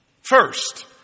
first